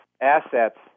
assets